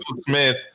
Smith